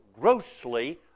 grossly